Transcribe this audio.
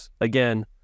again